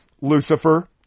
Lucifer